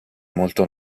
molto